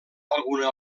alguna